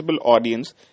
audience